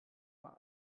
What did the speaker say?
war